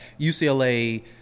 UCLA